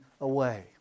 away